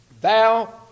Thou